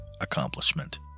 accomplishment